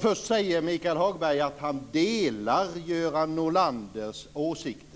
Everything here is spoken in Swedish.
Först säger Michael Hagberg att han delar Göran Norlanders åsikter.